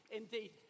indeed